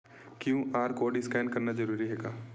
QR code scan करना जरूरी हे का?